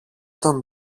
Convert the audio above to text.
τον